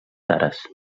cares